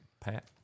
pat